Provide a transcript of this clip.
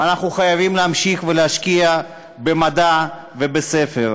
ואנחנו חייבים להמשיך ולהשקיע במדע ובספר,